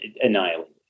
annihilated